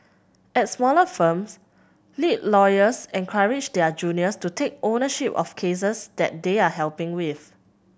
at smaller firms lead lawyers encourage their juniors to take ownership of cases that they are helping with